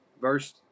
Verse